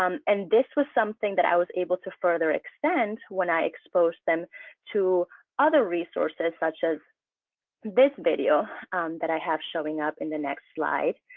um and this was something that i was able to further extend. when i expose them to other resources, such as this video that i have showing up in the next slide.